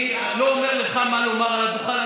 אני לא אומר לך מה לומר מעל הדוכן,